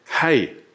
hey